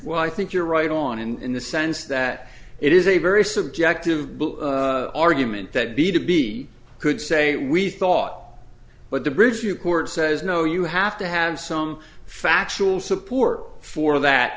well i think you're right on and in the sense that it is a very subjective book argument that b to be could say we thought but the bridge to court says no you have to have some factual support for that